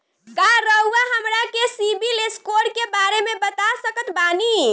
का रउआ हमरा के सिबिल स्कोर के बारे में बता सकत बानी?